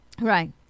right